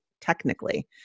technically